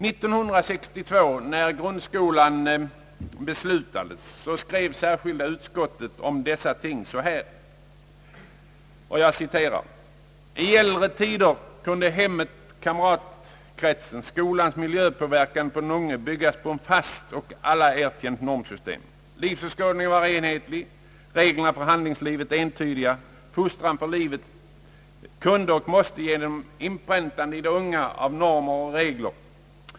När grundskolan beslutades år 1962, skrev särskilda utskottet bl.a. följande: »I äldre tider kunde hemmet, kamratkretsen och skolans miljöpåverkan på den unge byggas på ett fast, av alla erkänt normsystem. Livsåskådningen var enhetlig och reglerna för handlingslivet entydiga. Fostran för livet kunde och måste ske genom inpräntande i de unga av normer och regler.